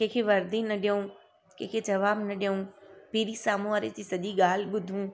कंहिंखे वर्दी न ॾियूं कंहिंखे जवाबु न ॾियूं पहिरीं साम्हू वारी जी सॼी ॻाल्हि ॿुधूं